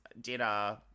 dinner